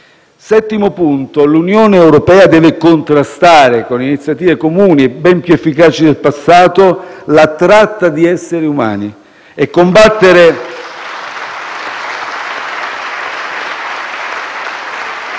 Settimo obiettivo: l'Unione europea deve contrastare con iniziative comuni ben più efficaci del passato la tratta di esseri umani *(Applausi